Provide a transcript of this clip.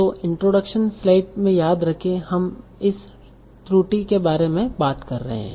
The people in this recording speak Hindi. तो इंट्रोडक्शन स्लाइड में याद रखे हम इस त्रुटि के बारे में बात कर रहे हैं